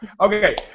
Okay